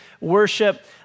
worship